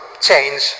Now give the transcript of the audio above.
change